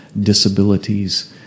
disabilities